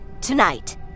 Tonight